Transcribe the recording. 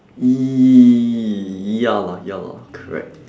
ya lah ya lah correct